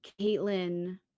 caitlin